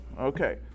Okay